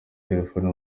telefone